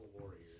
warriors